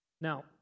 Now